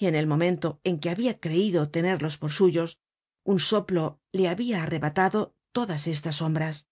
y en el momento en que habia creido tenerlos por suyos un soplo le habia arrebatado todas estas sombras